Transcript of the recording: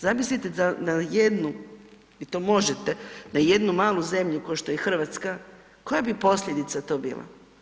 Zamislite da na jednu, vi to možete, na jednu malu zemlju ko što je Hrvatska koja bi posljedica to bila.